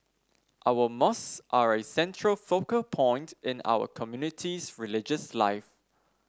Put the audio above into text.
our mosques are a central focal point in our community's religious life